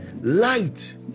Light